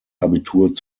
abitur